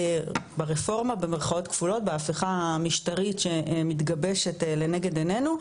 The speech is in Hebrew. "ברפורמה" בהפיכה המשטרית שמתגבשת לנגד עיננו,